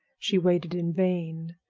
she waited in vain.